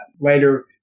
Later